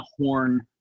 horn